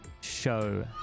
show